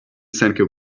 sancho